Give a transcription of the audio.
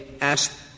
ask